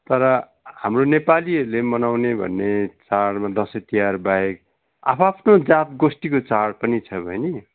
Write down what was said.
तर हाम्रो नेपालीहरूले मनाउने भन्ने चाडमा दसैँ तिहारबाहेक आफ्आफ्नो जातगोष्ठीको चाड पनि छ बहिनी